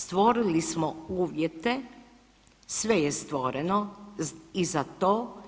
Stvorili smo uvjete, sve je stvoreno i za to.